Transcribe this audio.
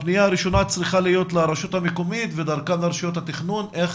הפניה הראשונה צריכה להיות לרשות המקומית ודרכה לרשויות התכנון?